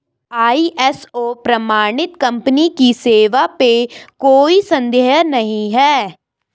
ISO प्रमाणित company की सेवा पे कोई संदेह नहीं है